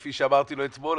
כפי שאמרתי לו אתמול,